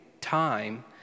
time